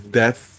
death